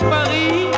Paris